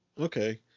Okay